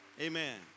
amen